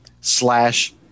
slash